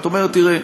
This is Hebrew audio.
את אומרת: תראה,